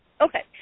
Okay